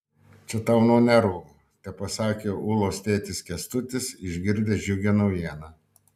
čia tau nuo nervų tepasakė ulos tėtis kęstutis išgirdęs džiugią naujieną